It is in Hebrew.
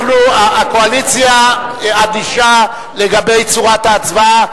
הקואליציה אדישה לצורת ההצבעה,